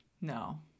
No